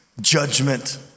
judgment